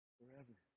forever